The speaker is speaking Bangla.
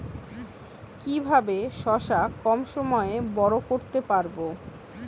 কিভাবে শশা কম সময়ে বড় করতে পারব?